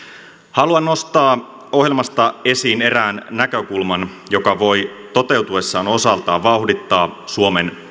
haluan nostaa ohjelmasta esiin erään näkökulman joka voi toteutuessaan osaltaan vauhdittaa suomen